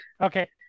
Okay